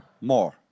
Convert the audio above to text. more